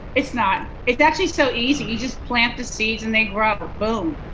it's not, it's actually so easy. you just plant the seeds and they grow up, ah boom!